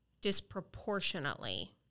disproportionately